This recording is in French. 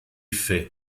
faits